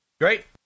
Great